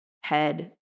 head